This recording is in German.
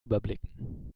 überblicken